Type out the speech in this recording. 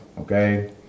Okay